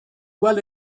well